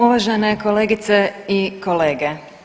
Uvažene kolegice i kolege.